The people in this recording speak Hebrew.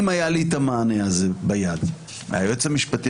אם היה לי את המענה הזה ביד מהיועץ המשפטי